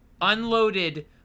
unloaded